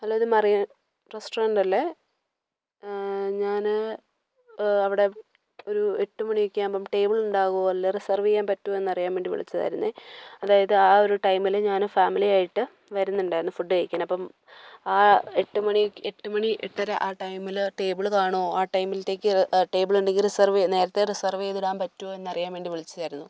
hello ഇത് Mariyam restaurant അല്ലേ ഞാൻ അവിടെ ഒരു എട്ടുമണിയൊക്കെ ആവുമ്പോൾ ടേബിള്ണ്ടാവോ അല്ലേ റിസർവ് ചെയ്യാൻ പറ്റോ എന്നറിയാൻ വേണ്ടി വിളിച്ചതായിരുന്നു അതായത് ആ ഒരു ടൈമിൽ ഞാൻ ഫാമിലിയായിട്ട് വരുന്നുണ്ടായിരുന്നു ഫുഡ് കഴിക്കാൻ അപ്പം ആ എട്ടു മണിക്ക് എട്ടുമണീ എട്ടെര ആ ടൈമിൽ ടേബിള് കാണോ ആ ടൈമിൽത്തേക്ക് ആ ടേബിള്ണ്ടെങ്കിൽ റിസർവ് ചെയ്യാ നേരത്തെ റിസർവ് ചെയ്തിടാൻ പറ്റോ എന്നറിയാൻ വേണ്ടി വിളിച്ചതായിരുന്നു